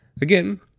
again